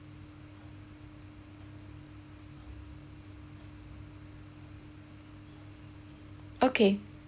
okay